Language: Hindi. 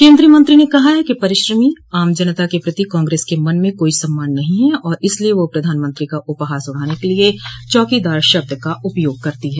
केन्द्रीय मंत्री ने कहा कि परिश्रमी आम जनता के प्रति कांग्रेस के मन में कोई सम्मान नहीं है और इसलिए वह प्रधानमंत्री का उपहास उड़ाने के लिए चौकीदार शब्द का उपयोग करती है